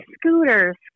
scooters